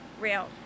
real